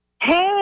Hey